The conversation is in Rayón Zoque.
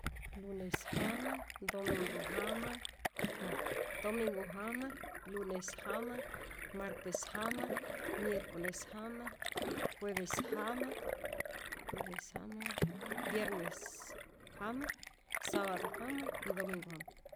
Lunes jama domingu jama nta domingu jama lunes jama martes jama miercoles jama jueves jama, jueve jama viernes jama sabadu jama y domingu jama